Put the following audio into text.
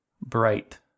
bright